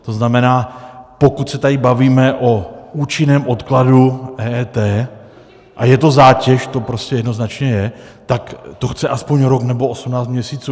To znamená, pokud se tady bavíme o účinném odkladu EET, a je to zátěž, to prostě jednoznačně je, tak to chce aspoň rok nebo 18 měsíců.